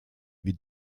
wir